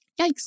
Yikes